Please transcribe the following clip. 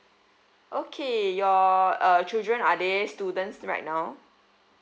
okay your uh children are they students right now